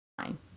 Fine